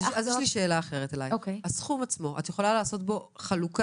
אך ורק --- הסכום עצמו את יכולה לעשות בו חלוקה.